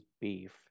beef